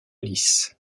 lisse